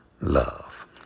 love